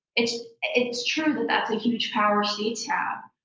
it's it's true that that's a huge power states have,